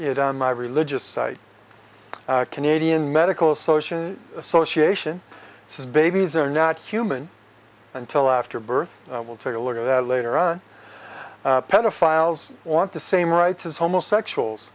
it on my religious site canadian medical association association says babies are not human until after birth we'll take a look at that later on pedophiles want the same rights as homosexuals